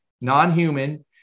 non-human